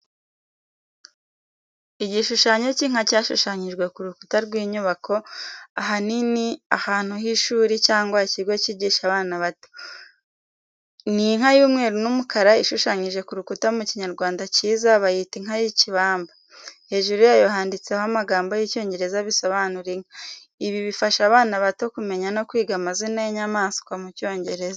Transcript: Igishushanyo cy’inka cyashushanyijwe ku rukuta rw’inyubako, ahanini ahantu h’ishuri cyangwa ikigo cyigisha abana bato. Ni inka y’umweru n’umukara, ishushanyije ku rukuta mu Kinyarwanda cyiza, bayita inka y'ikibamba. Hejuru yayo handitseho amagambo y’icyongereza bisobanura inka. Ibi bifasha abana bato kumenya no kwiga amazina y’inyamaswa mu Cyongereza.